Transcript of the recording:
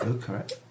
correct